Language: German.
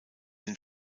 den